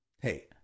Hey